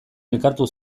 elkartu